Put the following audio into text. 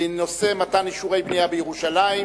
בנושא: מתן אישורי בנייה בירושלים.